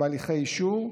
בהליכי אישור,